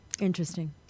Interesting